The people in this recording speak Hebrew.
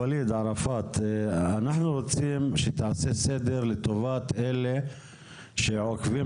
אנחנו רוצים שתעשה סדר לטובת אלה שעוקבים